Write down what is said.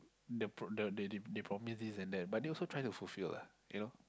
the pro~ the the they they promise this and that but they also trying to fulfill lah you know